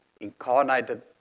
incarnated